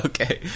Okay